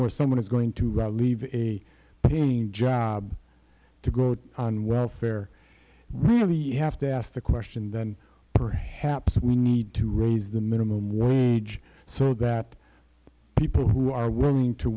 where someone is going to leave a paying job to go on welfare one of you have to ask the question then perhaps we need to raise the minimum wage so that people who are willing to